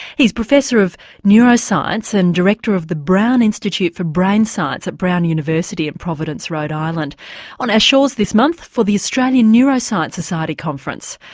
he's professor of neuroscience and director of the brown institute for brain science at brown university in providence, rhode island on our shores this month for the australian neuroscience society conference.